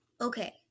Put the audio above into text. Okay